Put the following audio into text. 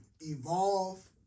evolve